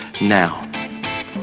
now